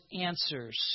answers